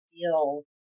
deal